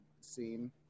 scene